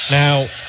now